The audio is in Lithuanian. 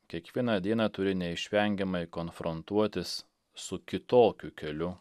kiekvieną dieną turi neišvengiamai konfrontuotis su kitokiu keliu